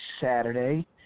Saturday